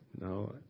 No